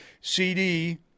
CD